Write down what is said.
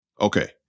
Okay